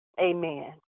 Amen